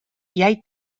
jäid